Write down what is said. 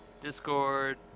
Discord